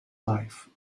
life